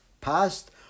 past